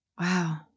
Wow